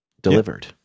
delivered